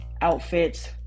outfits